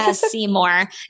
Seymour